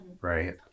right